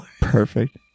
Perfect